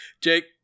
Jake